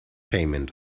payment